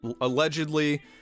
Allegedly